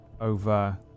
over